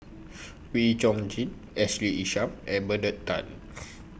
Wee Chong Jin Ashley Isham and Bernard Tan